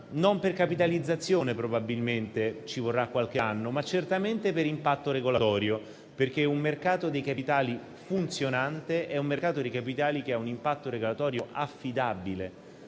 non per capitalizzazione probabilmente - ci vorrà qualche anno - ma certamente per impatto regolatorio, perché un mercato dei capitali funzionante è un mercato di capitali che ha un impatto regolatorio affidabile,